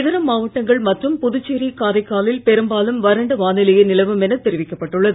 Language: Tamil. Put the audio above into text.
இதர மாவட்டங்கள் மற்றும் புதுச்சேரி காரைக்காலில் பெரும்பாலும் வறண்ட வானிலையே நிலவும் என தெரிவிக்கப்பட்டுள்ளது